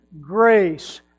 grace